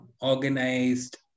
organized